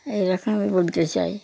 এরকম আমি বলতে চাই